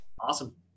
Awesome